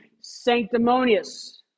sanctimonious